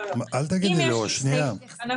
כי אם